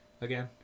again